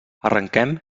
arrenquem